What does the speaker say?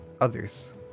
others